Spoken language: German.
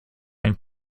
einen